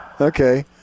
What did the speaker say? Okay